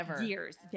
years